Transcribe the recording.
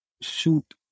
shoot